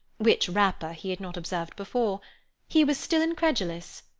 which wrapper he had not observed before he was still incredulous,